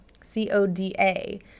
c-o-d-a